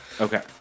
Okay